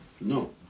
No